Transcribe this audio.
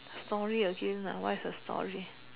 story again lah what is the story